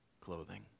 clothing